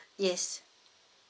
yes